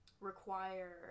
require